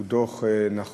הוא דוח נכון,